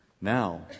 Now